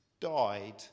died